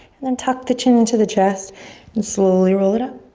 and then tuck the chin into the chest and slowly roll it up.